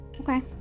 Okay